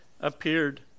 appeared